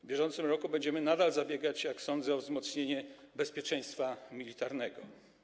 W bieżącym roku nadal będziemy zabiegać, jak sądzę, o wzmocnienie bezpieczeństwa militarnego.